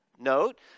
Note